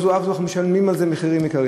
לא זו אף זו, אנחנו משלמים על זה מחירים יקרים.